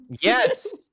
Yes